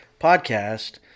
podcast